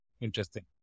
interesting